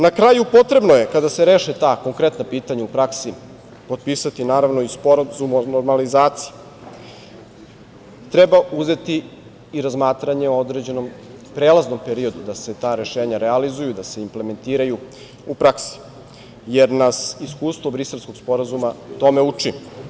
Na kraju, potrebno je, kada se reše ta konkretna pitanja u praksi, potpisati i sporazum o normalizaciji, treba uzeti i razmatranje o određenom prelaznom periodu da se ta rešenja realizuju, da se implementiraju u praksi, jer nas iskustvo Briselskog sporazuma tome uči.